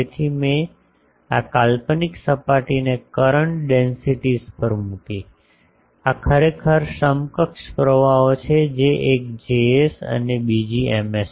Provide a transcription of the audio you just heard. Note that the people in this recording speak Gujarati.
તેથી મેં આ કાલ્પનિક સપાટીને કરંટ ડેન્સિટીસ પર મૂકી આ ખરેખર સમકક્ષ પ્રવાહો છે જે એક Js ને બીજી Ms